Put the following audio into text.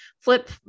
flip